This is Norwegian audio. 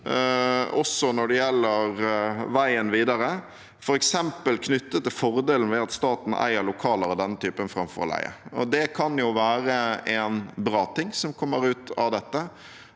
også når det gjelder veien videre, f.eks. knyttet til fordelen ved at staten eier lokaler av denne typen framfor å leie. Det kan jo være en bra ting som kommer ut av dette.